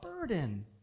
burden